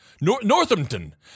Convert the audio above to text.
Northampton